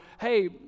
hey